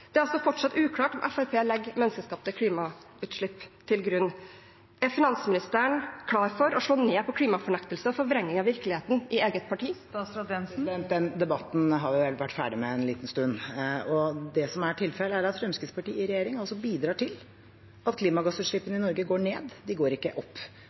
grunn. Er finansministeren klar for å slå ned på klimafornektelser og forvrenging av virkeligheten i eget parti? Den debatten har vi vel vært ferdig med en liten stund. Det som er tilfellet, er at Fremskrittspartiet i regjering bidrar til at klimagassutslippene i Norge går ned, de går ikke opp.